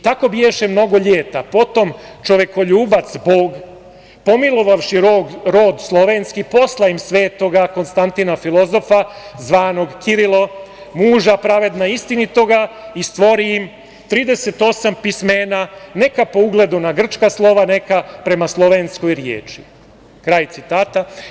Tako bijaše mnogo ljeta, potom čovekoljubac, Bog pomilovavši rod slovenski posla im svetoga Konstantina filozofa zvanog Kirilo, muža pravedna istinitoga i stvori im 38 pismena, neka po ugledu na grčka slova, neka prema slovenskoj riječi“, kraj citata.